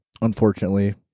unfortunately